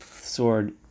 sword